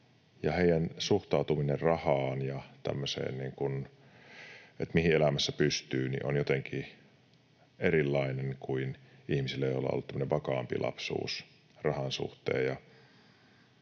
heidän suhtautumisensa rahaan ja tämmöiseen, että mihin elämässä pystyy, on jotenkin erilainen kuin ihmisillä, joilla on ollut vakaampi lapsuus rahan suhteen.